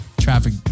Traffic